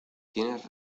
tienes